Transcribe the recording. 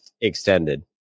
extended